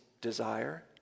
desire